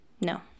no